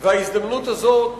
וההזדמנות הזאת,